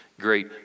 great